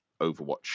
overwatch